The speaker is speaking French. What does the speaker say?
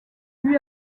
lui